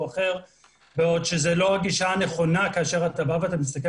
אחר בעוד שזאת לא הגישה הנכונה כאשר אתה בא ואתה מסתכל